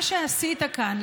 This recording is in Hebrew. מה שעשית כאן,